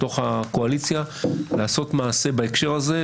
בקואליציה ומבקש לעשות מעשה בהקשר הזה,